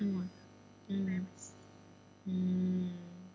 mm mm mm